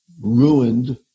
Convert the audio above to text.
ruined